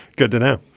good to know.